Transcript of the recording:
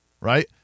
right